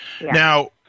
Now